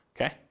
okay